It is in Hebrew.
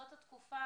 זו התקופה,